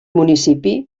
municipi